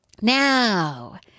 Now